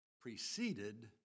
preceded